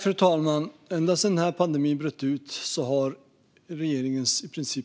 Fru talman! Ända sedan pandemin bröt ut har regeringens